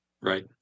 Right